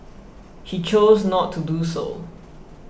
she chose not to do so